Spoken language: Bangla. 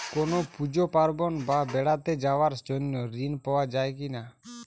কোনো পুজো পার্বণ বা বেড়াতে যাওয়ার জন্য ঋণ পাওয়া যায় কিনা?